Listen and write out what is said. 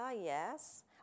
yes